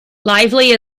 lively